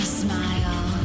smile